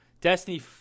Destiny